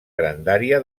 grandària